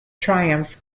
triumph